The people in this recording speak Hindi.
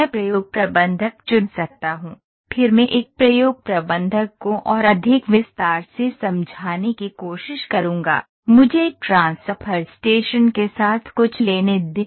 मैं प्रयोग प्रबंधक चुन सकता हूं फिर मैं एक प्रयोग प्रबंधक को और अधिक विस्तार से समझाने की कोशिश करूंगा मुझे ट्रांसफर स्टेशन के साथ कुछ लेने दें